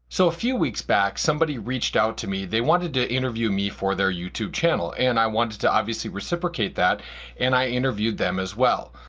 so a few weeks back, somebody reached out to me. they wanted to interview me for their youtube channel and i wanted to obviously reciprocate reciprocate that and i interviewed them as well.